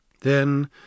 Then